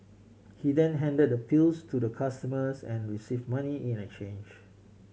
he then handed the pills to the customers and receive money in a change